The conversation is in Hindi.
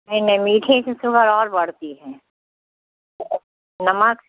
नहीं नहीं मीठे से शुगर और बढ़ती है नमक